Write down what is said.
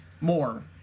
more